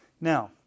Now